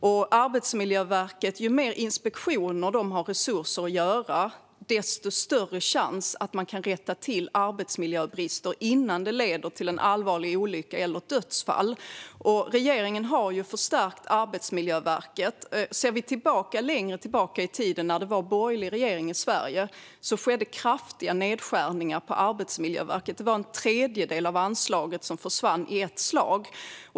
Ju fler inspektioner Arbetsmiljöverket har resurser för att göra, desto större chans är det att rätta till brister i arbetsmiljön innan de leder till en allvarlig olycka eller ett dödsfall. Regeringen har förstärkt Arbetsmiljöverket. Längre tillbaka i tiden när det var borgerlig regering i Sverige skedde kraftiga nedskärningar på Arbetsmiljöverket. En tredjedel av anslaget försvann i ett slag.